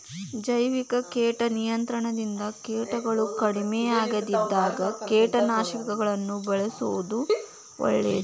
ಜೈವಿಕ ಕೇಟ ನಿಯಂತ್ರಣದಿಂದ ಕೇಟಗಳು ಕಡಿಮಿಯಾಗದಿದ್ದಾಗ ಕೇಟನಾಶಕಗಳನ್ನ ಬಳ್ಸೋದು ಒಳ್ಳೇದು